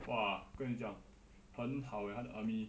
!wah! 跟你讲很好 leh 他的 army